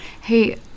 Hey